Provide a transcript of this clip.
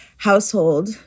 household